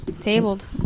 Tabled